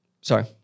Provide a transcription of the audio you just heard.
sorry